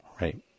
Right